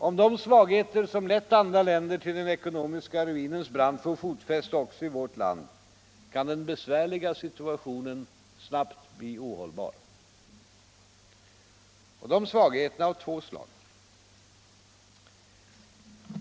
Om de svagheter som lett andra länder till den ekonomiska ruinens brant får fotfäste också i vårt land kan den besvärliga situationen snabbt bli ohållbar. Dessa svagheter är av två slag.